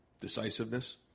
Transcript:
decisiveness